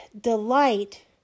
delight